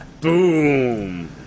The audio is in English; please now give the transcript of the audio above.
boom